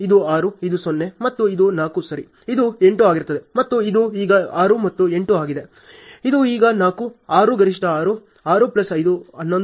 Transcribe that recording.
ಇದು 0 ಇದು 6 ಇದು 0 ಮತ್ತು ಇದು 4 ಸರಿ ಇದು 8 ಆಗಿರುತ್ತದೆ ಮತ್ತು ಇದು ಈಗ 6 ಮತ್ತು 8 ಆಗಿದೆ ಇದು ಈಗ 4 6 ಗರಿಷ್ಠ 6 6 ಪ್ಲಸ್ 5 11